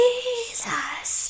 Jesus